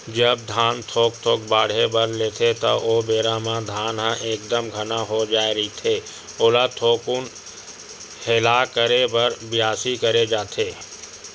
जब धान थोक थोक बाड़हे बर लेथे ता ओ बेरा म धान ह एकदम घना हो जाय रहिथे ओला थोकुन हेला करे बर बियासी करे जाथे